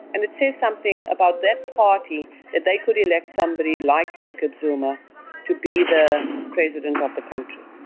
and it says something about that party that they could elect somebody like jacob zuma to be the president of the country.